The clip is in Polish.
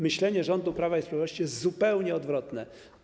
Myślenie rządu Prawa i Sprawiedliwości jest zupełnie odwrotne.